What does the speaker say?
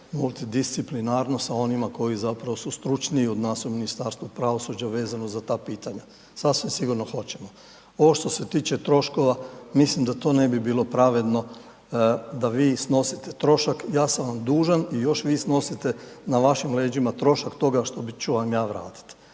multidisciplinarno sa onima koji zapravo su stručniji od nas u Ministarstvu pravosuđa vezano za ta pitanja. Sasvim sigurno hoćemo. Ovo što se tiče troškova, mislim da to ne bi bilo pravedno da vi snosite trošak, ja sam vam dužan i još vi snosite na vašim leđima trošak toga što ću vam ja vratiti.